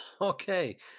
okay